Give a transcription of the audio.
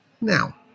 now